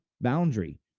boundary